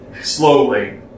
slowly